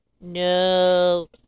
No